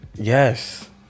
Yes